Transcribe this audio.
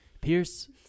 Pierce